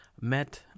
met